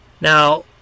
Now